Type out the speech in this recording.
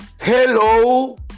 Hello